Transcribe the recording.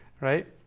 Right